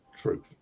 truth